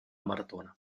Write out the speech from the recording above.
maratona